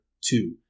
two